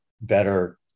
better